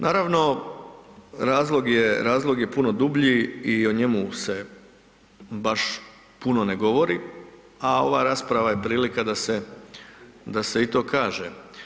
Naravno, razlog je, razlog je puno dublji i o njemu se baš puno ne govori, a ova rasprava je prilika da se, da se i to kaže.